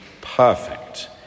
perfect